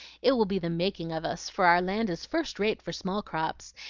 it will be the making of us, for our land is first-rate for small crops,